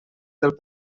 del